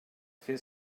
fer